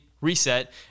reset